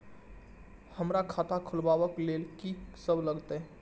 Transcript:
हमरा खाता खुलाबक लेल की सब लागतै?